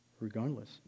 Regardless